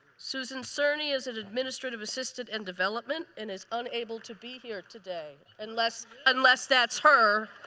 susan serny is an administrative assistant in development and is unable to be here today. unless unless that's her,